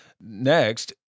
Next